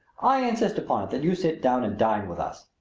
i insist upon it that you sit down and dine with us.